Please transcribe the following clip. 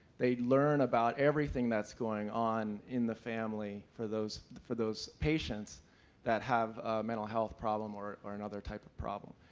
they learn about everything that's going on in the family for those for those patients that have mental health problem or or another type of problem.